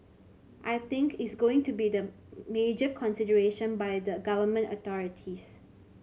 I think is going to be the major consideration by the Government authorities